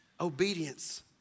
obedience